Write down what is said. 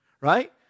right